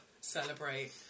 celebrate